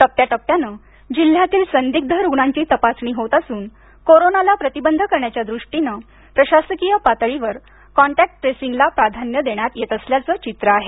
टप्प्या टप्प्यानं जिल्ह्यातील संदिग्ध रुग्णांची तपासणी होत असून कोरोनाला प्रतिबंध करण्याच्या दृष्टीनं प्रशासकीय पातळीवर कॉन्टॅक्ट ट्रेसिंगला प्राधान्य देण्यात येत असल्याचं चित्र आहे